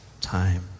time